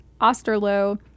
Osterloh